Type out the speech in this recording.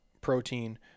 protein